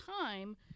time